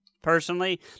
personally